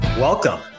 Welcome